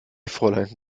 fräulein